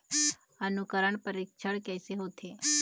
अंकुरण परीक्षण कैसे होथे?